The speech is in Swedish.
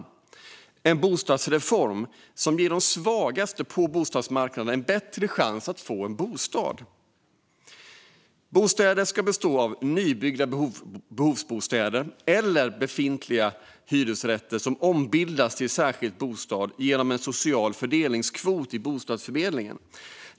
Det är en bostadsreform som ger de svagaste på bostadsmarknaden en bättre chans att få en bostad. Bostäderna ska utgöras av nybyggda behovsbostäder eller befintliga hyresrätter som ombildas till en särskild bostad genom en social fördelningskvot i bostadsförmedlingen.